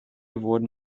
wurden